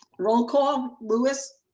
roll call. louis.